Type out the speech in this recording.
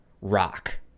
rock